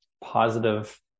positive